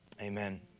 amen